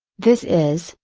this is,